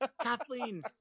Kathleen